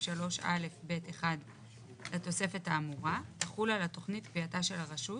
3 (א') ב' 1 לתוספת האמורה תחול על התכנית קביעתה של הרשות